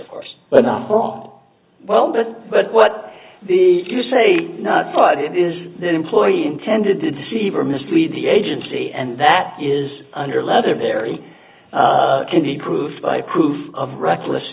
of course but not all well but but what the you say not but it is the employee intended to deceive or mislead the agency and that is under leather very can be proved by proof of reckless